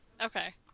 Okay